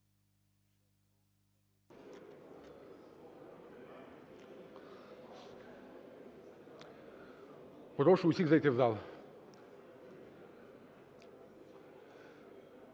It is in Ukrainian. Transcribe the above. Прошу всіх зайти в зал.